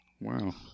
Wow